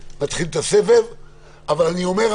נתחיל את הסבב של חברי הכנסת אבל אני אומר,